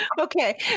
Okay